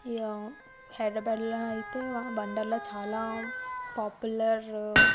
ఇక హైడ్రబ్యాడ్లోనైతే వండర్లా చాలా పాపులర్